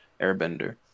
airbender